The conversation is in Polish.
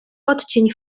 odcień